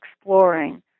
exploring